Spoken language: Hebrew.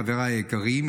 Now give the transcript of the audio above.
חבריי היקרים,